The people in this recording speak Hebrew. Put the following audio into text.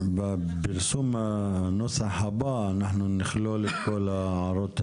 בפרסום הנוסח הבא אנחנו נכלול את כל ההערות האלה.